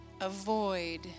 avoid